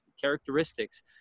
characteristics